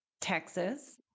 Texas